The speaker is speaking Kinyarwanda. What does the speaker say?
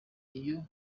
iyo